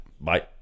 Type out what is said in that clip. bye